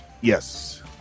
Yes